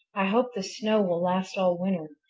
i hope this snow will last all winter.